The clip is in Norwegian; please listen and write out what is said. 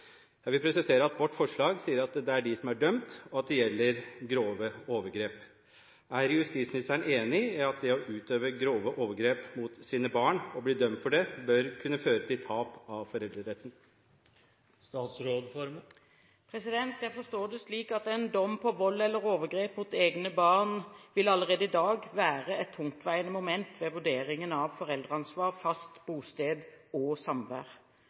Jeg vil presisere at vårt – og Høyres – forslag sier at det gjelder dem som «har blitt dømt», og at det gjelder grove overgrep. Er justisministeren enig i at det å utøve grove overgrep mot sine barn og bli dømt for det, bør kunne føre til tap av foreldreretten? Jeg forstår det slik at en dom for vold eller overgrep mot egne barn allerede i dag vil være et tungtveiende moment ved vurderingen av foreldreansvar, fast bosted og samvær.